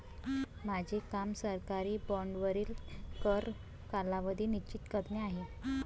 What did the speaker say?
माझे काम सरकारी बाँडवरील कर कालावधी निश्चित करणे आहे